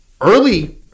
Early